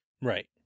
Right